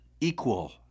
equal